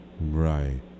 Right